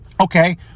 Okay